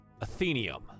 Athenium